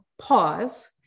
pause